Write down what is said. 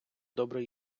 добре